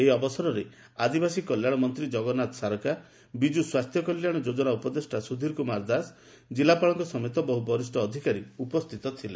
ଏହି ଅବସରରେ ଆଦିବାସୀ କଲ୍ୟାଣ ମନ୍ତୀ ଜଗନ୍ଦାଥ ସାରକା ବିଜୁ ସ୍ୱାସ୍ଥ୍ୟ କଲ୍ୟାଣ ଯୋଜନା ଉପଦେଷା ସ୍ୱଧୀର କୁମାର ଦାସ ଜିଲ୍ଲାପାଳଙ୍କ ସମେତ ବରିଷ୍ ଅଧ୍କାରୀ ଉପସ୍ଥିତ ଥିଳେ